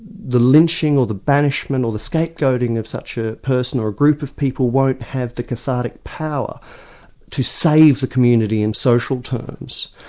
the lynching or the banishment or the scapegoating of such a person, or a group of people won't have the cathartic power to save the community in social terms.